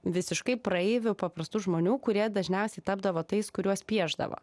visiškai praeivių paprastų žmonių kurie dažniausiai tapdavo tais kuriuos piešdavo